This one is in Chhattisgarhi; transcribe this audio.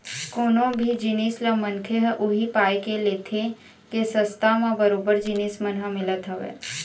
कोनो भी जिनिस ल मनखे ह उही पाय के लेथे के सस्ता म बरोबर जिनिस मन ह मिलत हवय